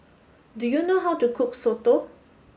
do you know how to cook Soto